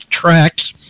tracks